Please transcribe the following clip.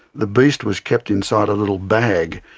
the beast was kept inside a little bag,